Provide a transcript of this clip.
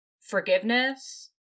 forgiveness